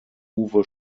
uwe